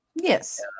Yes